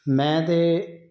ਮੈਂ ਅਤੇ